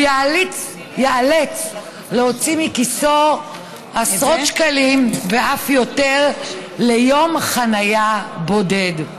הוא ייאלץ להוציא מכיסו עשרות שקלים ואף יותר ליום חניה בודד.